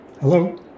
Hello